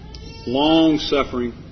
long-suffering